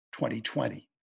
2020